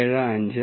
075 1